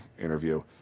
interview